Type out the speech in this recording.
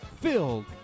filled